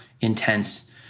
intense